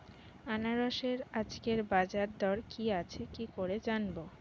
আনারসের আজকের বাজার দর কি আছে কি করে জানবো?